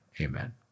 Amen